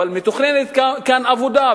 אבל מתוכננת כאן עבודה,